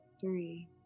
three